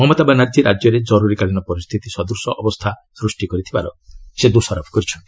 ମମତା ବାନାର୍ଜୀ ରାଜ୍ୟରେ କରୁରୀକାଳୀନ ପରିସ୍ଥିତି ସଦୂଶ ଅବସ୍ଥା ସୃଷ୍ଟି କରିଥିବାର ସେ ଦୋଷାରୋପ କରିଛନ୍ତି